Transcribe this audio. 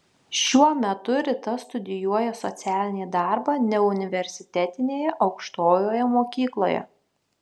šiuo metu rita studijuoja socialinį darbą neuniversitetinėje aukštojoje mokykloje